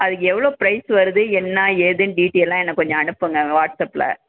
அதுக்கு எவ்வளோ ப்ரைஸ் வருது என்ன ஏதுன்னு டீட்டெய்லாக எனக்கு கொஞ்சம் அனுப்புங்கள் வாட்ஸ்அப்பில்